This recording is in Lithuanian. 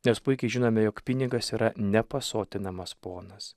nes puikiai žinome jog pinigas yra nepasotinamas ponas